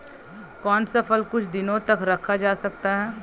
कौन सा फल कुछ दिनों तक रखा जा सकता है?